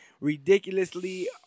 ridiculously